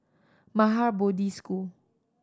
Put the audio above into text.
Maha Bodhi School